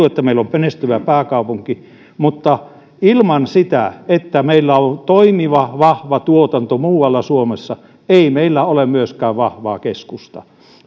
että meillä on menestyvä pääkaupunki mutta ilman sitä että meillä on toimiva vahva tuotanto muualla suomessa meillä ei ole myöskään vahvaa keskustaa